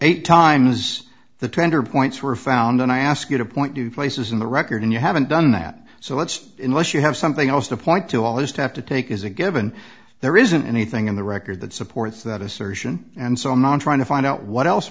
eight times the tender points were found and i ask you to point you places in the record and you haven't done that so let's in which you have something else to point to all this to have to take is a given there isn't anything in the record that supports that assertion and so i'm not trying to find out what else